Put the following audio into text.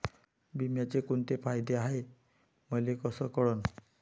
बिम्याचे कुंते फायदे हाय मले कस कळन?